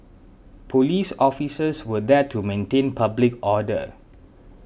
police officers were there to maintain public order